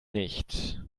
nicht